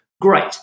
great